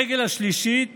הרגל השלישית